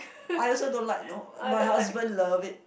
I also don't like know my husband love it